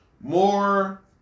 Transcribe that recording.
more